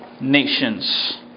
nations